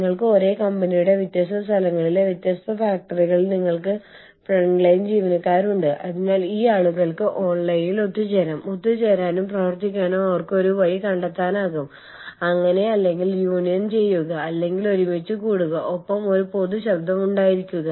ഇതൊരു ആഭ്യന്തര സ്ഥാപനമാണ് അതിൽ നിങ്ങൾക്ക് കുടിയേറ്റക്കാർ ഉണ്ടായിരിക്കാം നിങ്ങൾക്ക് ഈ സ്ഥാപനത്തിന്റെ പ്രവർത്തനത്തിന് സംഭാവന നൽകുന്ന സ്വദേശികളും വിദേശികളുമായ പൌരന്മാരും ഉണ്ടായിരിക്കാം